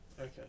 Okay